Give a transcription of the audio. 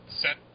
set